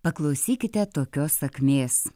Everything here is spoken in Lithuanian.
paklausykite tokios sakmės